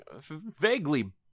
vaguely